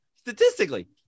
statistically